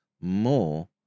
more